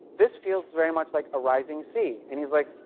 this feels very much like a rising sea. and he's like,